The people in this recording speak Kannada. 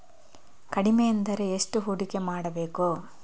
ಕಡಿಮೆ ಎಂದರೆ ಎಷ್ಟು ಹೂಡಿಕೆ ಮಾಡಬೇಕು?